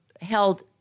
held